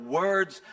words